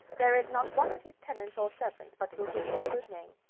there is not one of his tenants or servants but will give him a good name.